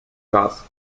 gas